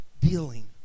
dealing